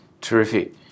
Terrific